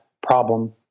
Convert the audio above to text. problem